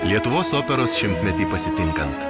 lietuvos operos šimtmetį pasitinkant